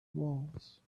walls